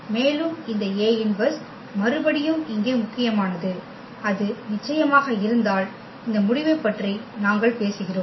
மேலும் இந்த A−1 மறுபடியும் இங்கே முக்கியமானது அது நிச்சயமாக இருந்தால் இந்த முடிவைப் பற்றி நாங்கள் பேசுகிறோம்